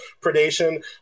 predation